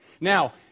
Now